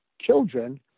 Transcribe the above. children